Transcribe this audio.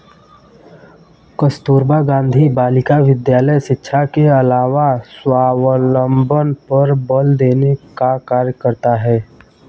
कस्तूरबा गाँधी बालिका विद्यालय शिक्षा के अलावा स्वावलम्बन पर बल देने का कार्य करता है